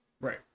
Right